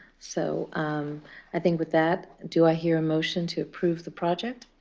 so um i think with that, do i hear a motion to approve the project?